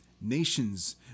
Nations